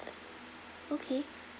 okay